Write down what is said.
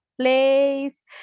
place